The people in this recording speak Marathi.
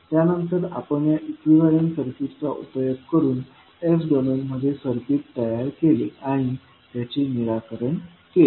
त्यानंतर आपण या इक्विव्हेलन्ट सर्किट्सचा उपयोग करून s डोमेनमध्ये सर्किट तयार केले आणि त्याचे निराकरण केले